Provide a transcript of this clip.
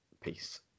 peace